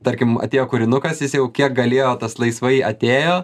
tarkim atėjo kūrinukas jis jau kiek galėjo tas laisvai atėjo